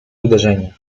uderzenie